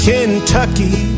Kentucky